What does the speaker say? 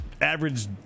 average